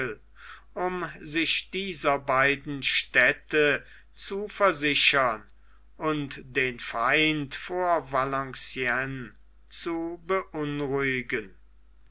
um sich dieser beiden städte zu versichern und den feind vor valenciennes zu beunruhigen